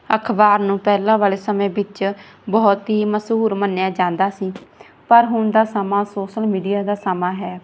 ਅਖ਼ਬਾਰ ਨੂੰ ਪਹਿਲਾਂ ਵਾਲੇ ਸਮੇਂ ਵਿੱਚ ਬਹੁਤ ਹੀ ਮਸ਼ਹੂਰ ਮੰਨਿਆ ਜਾਂਦਾ ਸੀ ਪਰ ਹੁਣ ਦਾ ਸਮਾਂ ਸੋਸਲ ਮੀਡੀਆ ਦਾ ਸਮਾਂ ਹੈ